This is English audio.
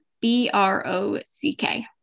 b-r-o-c-k